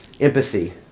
empathy